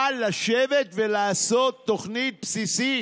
אבל לשבת ולעשות תוכנית בסיסית